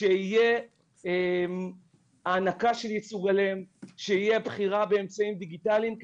שתהיה הענקה של ייצוג הולם ושתהיה בחירה באמצעים דיגיטליים,